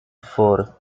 fora